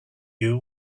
you